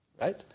Right